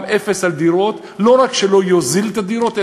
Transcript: אפס על דירות לא רק שלא יוזיל את הדירות,